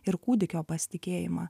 ir kūdikio pasitikėjimą